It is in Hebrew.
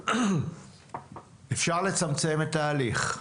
אפשר לצמצם את ההליך,